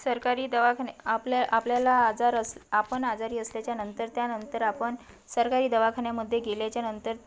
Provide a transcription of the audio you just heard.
सरकारी दवाखाने आपल्या आपल्याला आजार अस आपण आजारी असल्याच्यानंतर त्यानंतर आपण सरकारी दवाखान्यामध्ये गेल्याच्यानंतर